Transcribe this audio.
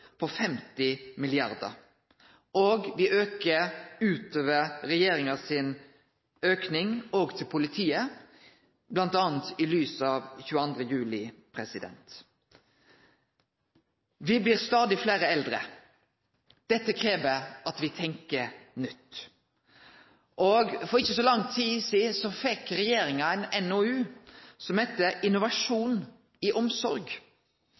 på 50 mrd. kr. Me aukar òg utover regjeringas auke til politiet – m.a. i lys av 22. juli. Me blir stadig fleire eldre. Dette krev at me tenkjer nytt. For ikkje så lang tid sidan fekk regjeringa ein NOU som heiter Innovasjon i omsorg.